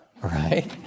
right